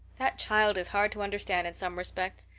that child is hard to understand in some respects.